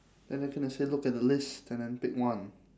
then they're gonna say look at the list and then pick one